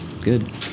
Good